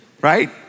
right